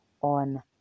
on